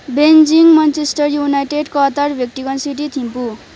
Beijing Manchester United Qatar Vatican City Thimphu